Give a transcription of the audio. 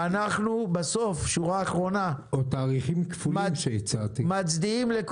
או תאריכים כפולים שהצעתי.